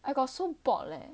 I got so bored leh